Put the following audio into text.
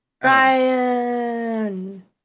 Brian